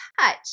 touch